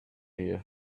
here